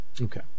Okay